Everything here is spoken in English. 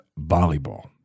volleyball